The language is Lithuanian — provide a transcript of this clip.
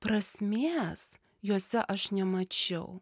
prasmės juose aš nemačiau